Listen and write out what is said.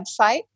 website